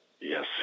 Yes